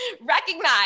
recognize